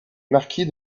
marquis